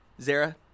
Zara